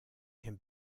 can